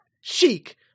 chic